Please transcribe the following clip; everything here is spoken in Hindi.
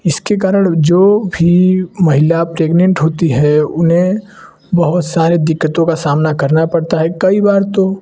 इसके कारण जो भी महिला प्रेग्नेंट होती है उन्हें बहुत सारे दिक़्क़तों का सामना करना पड़ता है कई बार तो